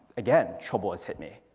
again trouble has hit me.